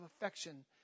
affection